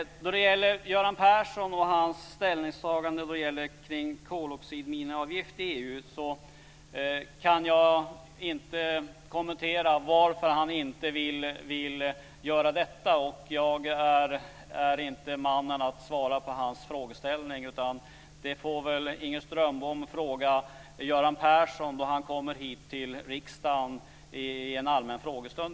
När det gäller Göran Persson och hans ställningstaganden kring koldioxidminiavgift i EU så kan jag inte kommentera varför han inte vill driva detta. Jag är inte mannen att svara på denna frågeställning, utan det får Inger Strömbom i stället fråga Göran Persson om då han kommer hit till riksdagen i en allmän frågestund.